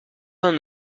vingt